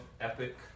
epic